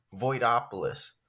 Voidopolis